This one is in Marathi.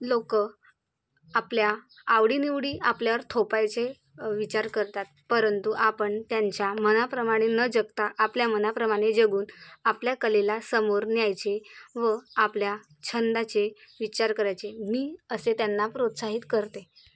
लोक आपल्या आवडीनिवडी आपल्यावर थोपायचे विचार करतात परंतु आपण त्यांच्या मनाप्रमाणे न जगता आपल्या मनाप्रमाणे जगून आपल्या कलेला समोर न्यायचे व आपल्या छंदाचे विचार करायचे मी असे त्यांना प्रोत्साहित करते